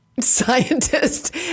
Scientist